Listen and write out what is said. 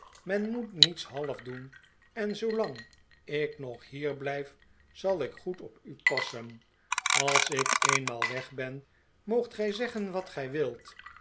men moet niets half doen en zoolang ik nog hier blijf zal ik goed op u passen als ik eenmaal weg ben moogt gij zeggen wat gij wilt